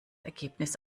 ergebnis